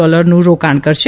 ડોલરનું રોકાણ કરશે